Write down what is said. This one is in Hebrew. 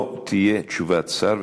לא תהיה תשובת שר,